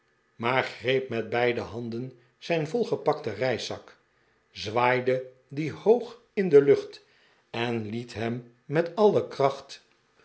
maar greep met beide handen zijn volgepakten reiszak zwaaide dien hoog in de lueht en liet hem met alle kracht